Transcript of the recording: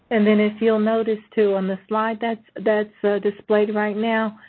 and then if you'll notice, too, on the slide that's that's displayed right now,